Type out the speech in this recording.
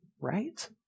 right